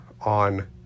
on